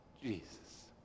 Jesus